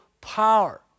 power